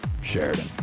Sheridan